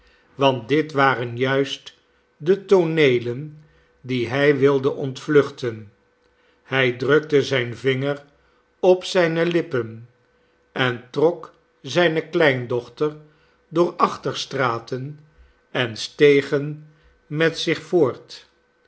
want dit waren juist de tooneelen die hij wilde ontvluchten hij drukte zijn vinger op zijne lippen en trok zijne kleindochter door achterstraten en stegen met zich voort